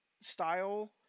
style